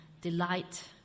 delight